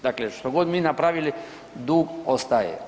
Dakle, što god mi napravili dug ostaje.